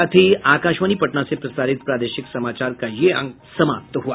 इसके साथ ही आकाशवाणी पटना से प्रसारित प्रादेशिक समाचार का ये अंक समाप्त हुआ